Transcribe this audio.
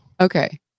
Okay